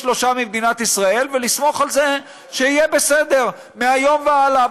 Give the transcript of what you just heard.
שלושה ממדינת ישראל ולסמוך על זה שיהיה בסדר מהיום והלאה,